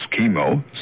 Chemo